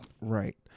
Right